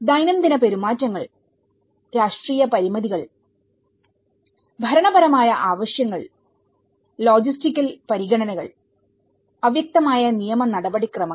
ദൈനംദിന പെരുമാറ്റങ്ങൾ രാഷ്ട്രീയ പരിമിതികൾ ഭരണപരമായ ആവശ്യങ്ങൾ ലോജിസ്റ്റികൽ പരിഗണനകൾ അവ്യക്തമായ നിയമ നടപടിക്രമങ്ങൾ